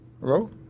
hello